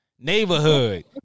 neighborhood